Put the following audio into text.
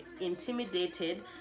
intimidated